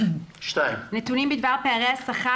נתונים בדבר פערי השכר